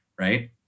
right